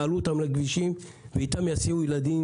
יעלו אותן לכבישים ואיתן יסיעו ילדים